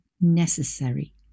necessary